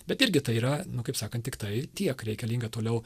bet irgi tai yra nu kaip sakant tiktai tiek reikalinga toliau